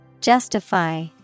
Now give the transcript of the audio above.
Justify